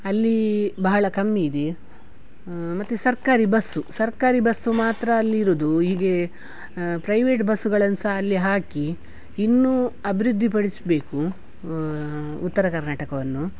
ಅಲ್ಲಿ ಬಹಳ ಕಮ್ಮಿ ಇದೆ ಮತ್ತು ಸರ್ಕಾರಿ ಬಸ್ಸು ಸರ್ಕಾರಿ ಬಸ್ಸು ಮಾತ್ರ ಅಲ್ಲಿರುವುದು ಈಗ ಪ್ರೈವೇಟ್ ಬಸ್ಸುಗಳನ್ನು ಸಹ ಅಲ್ಲಿ ಹಾಕಿ ಇನ್ನೂ ಅಭಿವೃದ್ಧಿಪಡಿಸ್ಬೇಕು ಉತ್ತರ ಕರ್ನಾಟಕವನ್ನು